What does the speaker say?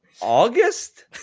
August